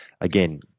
again